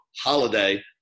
holiday